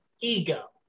Ego